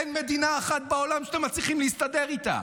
אין מדינה אחת בעולם שאתם מצליחים להסתדר איתה.